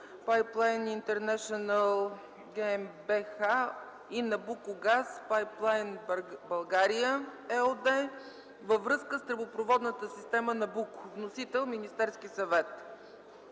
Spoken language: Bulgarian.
Пайплайн Интернешънъл” ГМБХ и „Набуко Газ Пайплайн България” ЕООД във връзка с тръбопроводната система „Набуко”. Вносител – Министерският съвет.